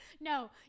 No